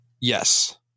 yes